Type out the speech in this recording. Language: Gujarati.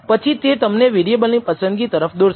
પછી તે તમને વેરીએબલ ની પસંદગી તરફ દોરશે